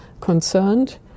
concerned